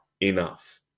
enough